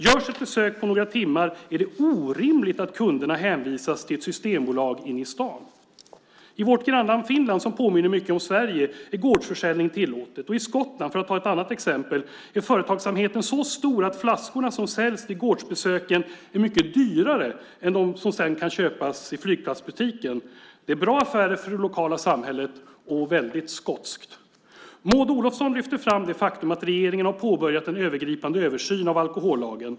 Görs ett besök på några timmar är det orimligt att kunderna hänvisas till ett Systembolag inne i staden. I vårt grannland Finland, som påminner mycket om Sverige, är gårdsförsäljning tillåtet. Och i Skottland, för att ta ett annat exempel, är företagsamheten så stor att flaskorna som säljs vid gårdsbesöken är mycket dyrare än de som sedan kan köpas i flygplatsbutiken. Det är bra affärer för det lokala samhället och väldigt skotskt. Maud Olofsson lyfte fram det faktum att regeringen har påbörjat en övergripande översyn av alkohollagen.